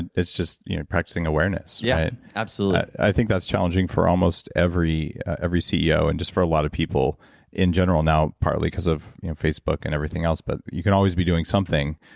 it is just you know practicing awareness. yeah, absolutely. i think that's challenging for almost every every ceo and just for a lot of people in general now, partly because of facebook and everything else. but you can always be doing something,